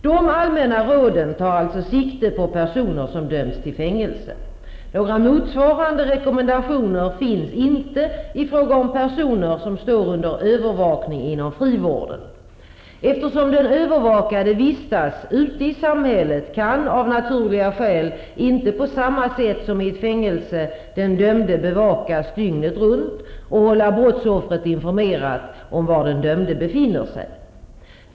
De allmänna råden tar alltså sikte på personer som dömts till fängelse. Några motsvarande rekommendationer finns inte i fråga om personer som står under övervakning inom frivården. Eftersom den övervakade vistas ute i samhället, kan av naturliga skäl inte på samma sätt som i ett fängelse den dömde bevakas dygnet runt, och man kan inte heller hålla brottsoffret informerat om var den dömde befinner sig.